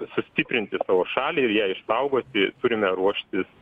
sustiprinti savo šalį ir ją išsaugoti turime ruoštis